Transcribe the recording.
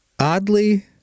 oddly